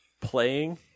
playing